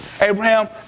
Abraham